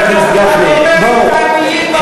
הפסדנו בעניין הדיור.